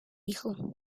hijo